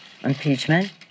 impeachment